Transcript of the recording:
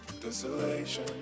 desolation